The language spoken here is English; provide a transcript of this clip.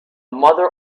mother